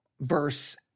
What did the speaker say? verse